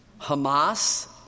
Hamas